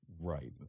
Right